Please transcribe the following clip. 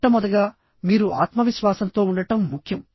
మొట్టమొదటగా మీరు ఆత్మవిశ్వాసంతో ఉండటం ముఖ్యం